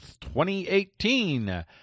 2018